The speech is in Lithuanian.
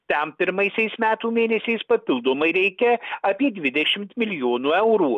tam pirmaisiais metų mėnesiais papildomai reikia apie dvidešimt milijonų eurų